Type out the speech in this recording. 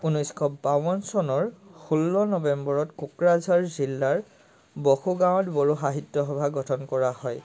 ঊনৈছশ বাৱন চনৰ ষোল্ল নবেম্বৰত কোকৰাঝাৰ জিলাৰ বকো গাঁৱত বড়ো সাহিত্য সভা গঠন কৰা হয়